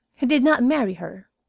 he did not marry her.